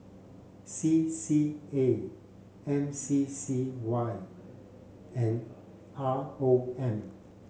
C C A M C C Y and R O M